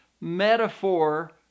metaphor